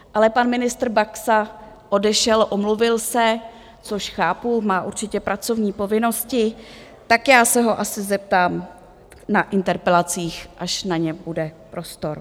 Ale pan ministr Baxa odešel, omluvil se, což chápu, má určitě pracovní povinnosti, tak já se ho asi zeptám na interpelacích, až na ně bude prostor.